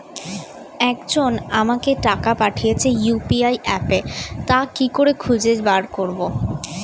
একজন আমাকে টাকা পাঠিয়েছে ইউ.পি.আই অ্যাপে তা কি করে খুঁজে বার করব?